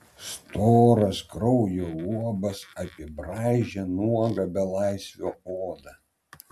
storas kraujo luobas apibraižė nuogą belaisvio odą